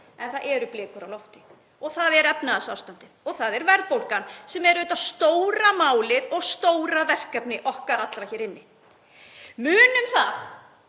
En það eru blikur á lofti og það er efnahagsástandið og það er verðbólgan sem er auðvitað stóra málið og stóra verkefni okkar allra hér inni. Munum það